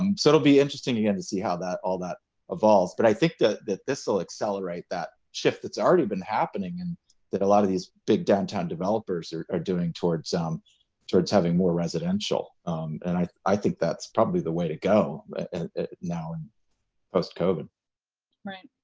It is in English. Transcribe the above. um so it'll be interesting again to see how that all that evolves. but i think that that this will accelerate that shift that's already been happening, and that a lot of these big downtown developers are are doing towards um towards having more residential. and i i think that's probably the way to go now in post covid. celina right.